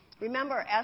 Remember